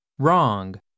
Wrong